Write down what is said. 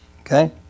okay